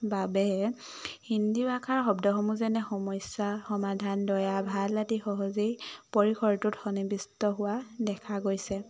বাবে হিন্দী ভাষাৰ শব্দসমূহ যেনে সমস্যা সমাধান দয়া ভাল আদি সহজেই পৰিসৰটোত সন্নিৱিষ্ট হোৱা দেখা গৈছে